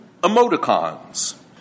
emoticons